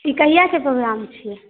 ई कहिया के प्रोग्राम छियै